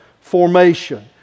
formation